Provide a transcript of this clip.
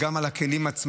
היא גם על הכלים עצמם,